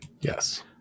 Yes